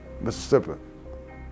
Mississippi